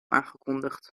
aangekondigd